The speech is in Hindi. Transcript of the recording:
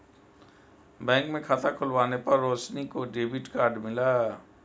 बैंक में खाता खुलवाने पर रोशनी को डेबिट कार्ड मिला